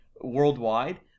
worldwide